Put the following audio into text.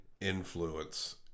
influence